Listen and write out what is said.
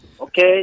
Okay